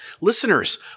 Listeners